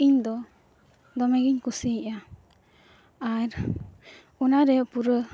ᱤᱧᱫᱚ ᱫᱚᱢᱮᱜᱮᱧ ᱠᱩᱥᱤᱭᱟᱜᱼᱟ ᱟᱨ ᱚᱱᱟᱨᱮ ᱯᱩᱨᱟᱹ